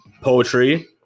poetry